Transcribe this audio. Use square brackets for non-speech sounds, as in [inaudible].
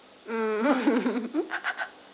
mm [laughs]